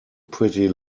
pretty